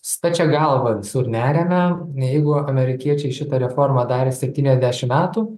stačia galva visur neriame jeigu amerikiečiai šitą reformą darė septyniasdešimt metų